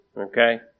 okay